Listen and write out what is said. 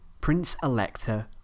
Prince-Elector